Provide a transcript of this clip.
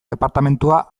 departamendua